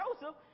Joseph